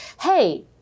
hey